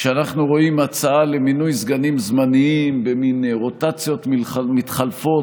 כשאנחנו רואים הצעה למינוי סגנים זמניים במין רוטציות מתחלפות,